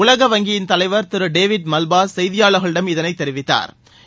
உலக வங்கியின் தலைவர் திரு டேவிட் மல்பாஸ் செய்தியாளர்களிடம் இதனை தெரிவித்தாா்